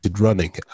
running